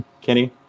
Kenny